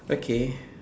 okay